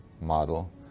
model